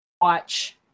watch